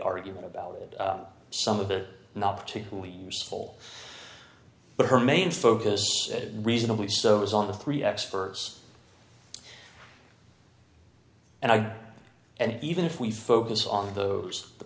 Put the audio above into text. argument about it some of it not particularly useful but her main focus reasonably so is on the three experts and i and even if we focus on those the